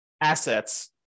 assets